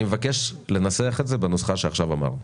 אני מבקש לנסח את זה בנוסחה שעכשיו אמרנו.